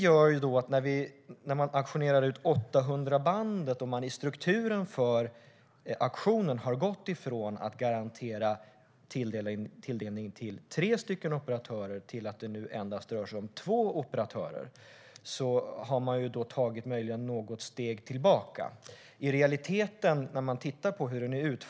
Nu har man gått från att i auktionen om 800-bandet garantera tilldelning till tre operatörer till att nu endast garantera tilldelning till två operatörer. Då har man möjligen tagit ett steg tillbaka.